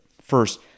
first